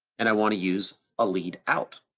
and i wanna use a lead out.